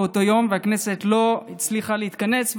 והכנסת לא הצליחה להתכנס.